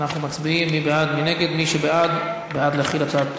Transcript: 17 בעד,